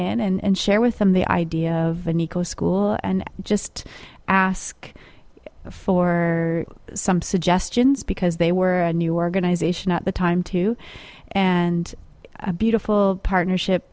in and share with them the idea of an eco school and just ask for some suggestions because they were a new organization at the time too and a beautiful partnership